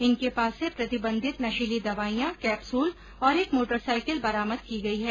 इनके पास से प्रतिबंधित नशीली दवाईयां कैप्सूल और एक मोटरसाईकिल बरामद की गई है